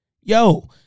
Yo